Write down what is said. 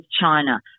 China